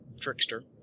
Trickster